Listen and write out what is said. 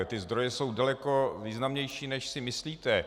Ty zdroje jsou daleko významnější, než si myslíte.